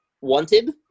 wanted